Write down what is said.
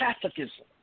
Catholicism